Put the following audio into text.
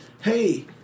hey